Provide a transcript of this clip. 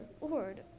Lord